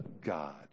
God